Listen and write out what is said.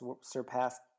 surpassed